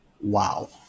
Wow